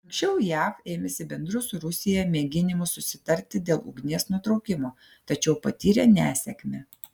anksčiau jav ėmėsi bendrų su rusija mėginimų susitarti dėl ugnies nutraukimo tačiau patyrė nesėkmę